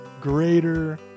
greater